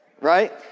right